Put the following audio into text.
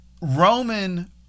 Roman